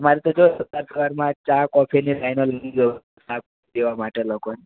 અમારે તો જો સવાર સવારમાં ચા કોફીને લેવા માટે લોકોની